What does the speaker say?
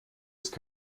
ist